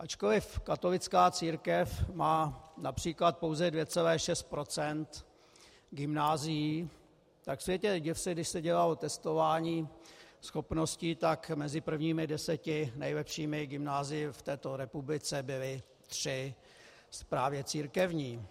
Ačkoli katolická církev má například pouze 2,6 procenta gymnázií, tak světe, div se, když se dělalo testování schopností, tak mezi prvními deseti nejlepšími gymnázii v této republice byla tři právě církevní.